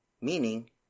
meaning